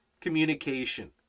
communication